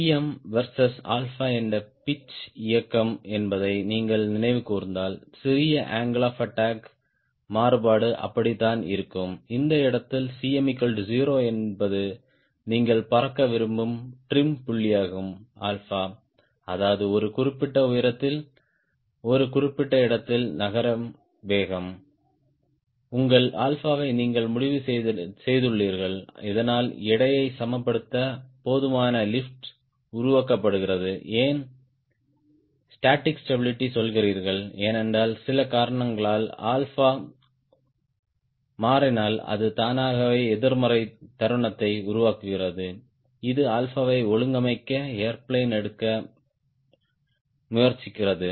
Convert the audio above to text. Cm versus 𝛼 என்ற pitch இயக்கம் என்பதை நீங்கள் நினைவு கூர்ந்தால் சிறிய அங்கிள் ஆப் அட்டாக் மாறுபாடு அப்படித்தான் இருக்கும் இந்த இடத்தில் Cm0 என்பது நீங்கள் பறக்க விரும்பும் டிரிம் புள்ளியாகும் 𝛼 அதாவது ஒரு குறிப்பிட்ட உயரத்தில் ஒரு குறிப்பிட்ட இடத்தில் நகரும் வேகம் உங்கள் ஆல்பாவை நீங்கள் முடிவு செய்துள்ளீர்கள் இதனால் எடையை சமப்படுத்த போதுமான லிப்ட் உருவாக்கப்படுகிறது ஏன் ஸ்டாடிக் ஸ்டாபிளிட்டி சொல்கிறீர்கள் ஏனென்றால் சில காரணங்களால் ஆல்பா மாறினால் அது தானாகவே எதிர்மறை தருணத்தை உருவாக்குகிறது இது ஆல்பாவை ஒழுங்கமைக்க ஏர்பிளேன் எடுக்க முயற்சிக்கிறது